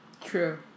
True